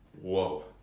whoa